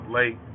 late